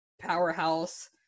powerhouse